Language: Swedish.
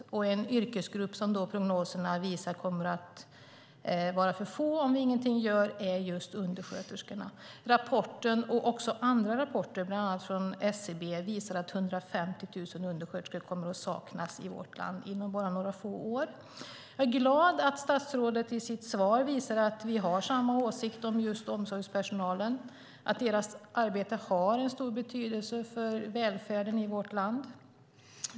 En yrkesgrupp som prognoserna visar kommer att vara för liten om ingenting görs är undersköterskorna. Rapporten, liksom andra rapporter, bland annat från SCB, visar att det kommer att saknas 150 000 undersköterskor inom bara några få år. Jag är glad att statsrådet i sitt svar visar att vi har samma åsikt om omsorgspersonalen, att deras arbete har stor betydelse för välfärden i vårt land.